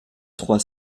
trois